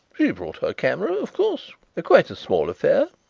she brought her camera, of course quite a small affair.